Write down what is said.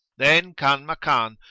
then kanmakan,